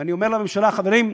ואני אומר לממשלה: חברים,